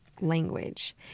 language